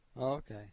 Okay